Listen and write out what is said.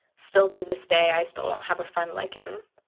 still to this day, i still don't have a friend like him,